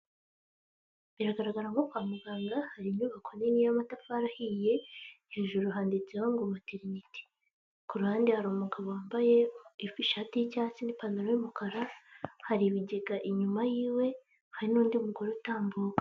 Biragaragara nko kwa muganga, hari inyubako nini y'amatafari ahiye hejuru handitseho ngo materiniti. Ku ruhande hari umugabo wambaye ishati y'icyatsi n'ipantaro y'umukara, hari ibigega inyuma yiwe, hari n'undi mugore utambuka.